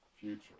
future